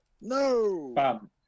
no